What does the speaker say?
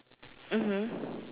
mmhmm